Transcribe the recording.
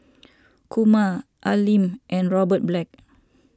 Kumar Al Lim and Robert Black